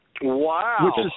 Wow